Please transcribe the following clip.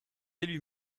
élu